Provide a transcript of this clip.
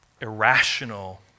irrational